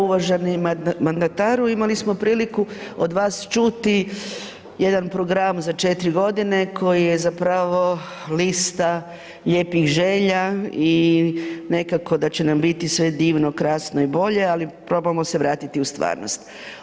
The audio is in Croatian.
Uvaženi mandataru imali smo priliku od vas čuti jedan program za 4 godine koji je zapravo lista lijepih želja i nekako da će nam biti sve divno, krasno i bolje, ali probamo se vratiti u stvarnost.